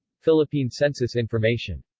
philippine census information